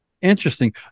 Interesting